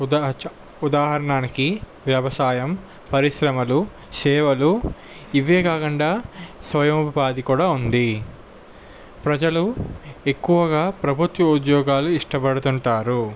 ఉదాహ చా ఉదాహరణానికి వ్యవసాయం పరిశ్రమలు సేవలు ఇవే కాకుండా స్వయం ఉపాధి కూడా ఉంది ప్రజలు ఎక్కువగా ప్రభుత్వ ఉద్యోగాలు ఇష్టపడుతుంటారు